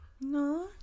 No